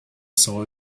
saw